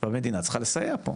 המדינה צריכה לסייע פה.